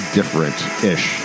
different-ish